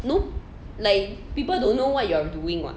you know like people don't know what you are doing what